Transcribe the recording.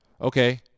Okay